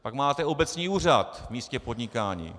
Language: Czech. Pak máte obecní úřad v místě podnikání.